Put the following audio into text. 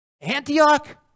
Antioch